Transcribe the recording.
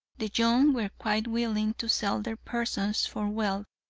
the young were quite willing to sell their persons for wealth.